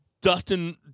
Dustin